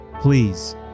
Please